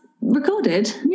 recorded